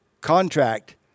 contract